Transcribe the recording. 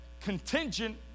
contingent